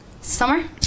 Summer